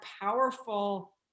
powerful